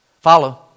Follow